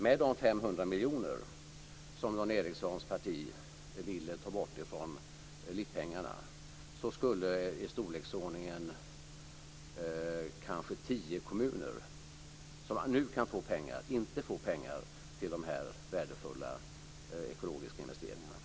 Utan de 500 miljoner som Dan Ericssons parti ville ta bort från LIPP-pengarna skulle i storleksordningen kanske tio kommuner, som nu kan få pengar, inte få pengar till dessa värdefulla ekologiska investeringar.